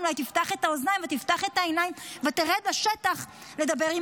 אולי תפתח את האוזניים ותפתח את העיניים ותרד לשטח לדבר עם